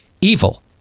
evil